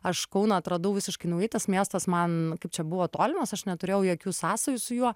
aš kauną atradau visiškai naujai tas miestas man kaip čia buvo tolimas aš neturėjau jokių sąsajų su juo